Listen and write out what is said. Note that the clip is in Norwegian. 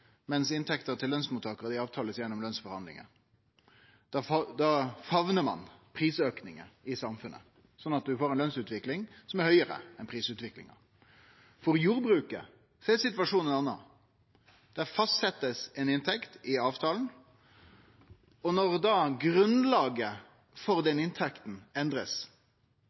mens inntekta til lønsmottakarar blir avtalt gjennom lønsforhandlingar – da famnar ein prisaukar i samfunnet, sånn at ein får ei lønsutvikling som er høgare enn prisutviklinga. For jordbruket er situasjonen ein annan. Der blir inntekta fastsett i avtalen, og når grunnlaget for inntekta blir endra, kan ein ikkje operere med den